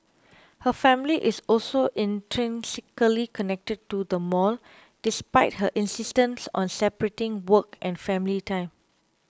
her family is also intrinsically connected to the mall despite her insistence on separating work and family time